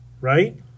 right